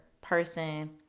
person